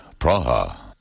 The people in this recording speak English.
Praha